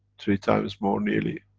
three times more nearly.